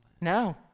No